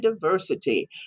diversity